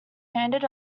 handed